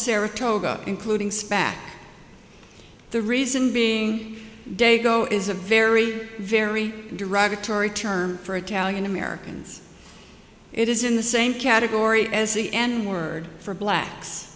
saratoga including spac the reason being daigo is a very very derogatory term for a telling americans it is in the same category as the n word for blacks